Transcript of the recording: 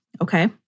Okay